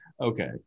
Okay